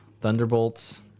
Thunderbolts